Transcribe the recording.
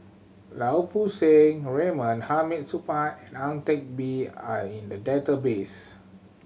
Lau Poo Seng Raymond Hamid Supaat and Ang Teck Bee are in the database